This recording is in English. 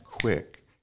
quick